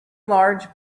large